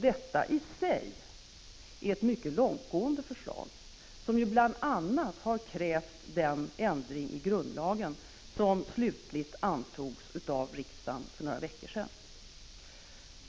Detta är i sig ett mycket långtgående förslag, som ju bl.a. har krävt den ändring i grundlagen som slutligt antogs av riksdagen för några veckor sedan.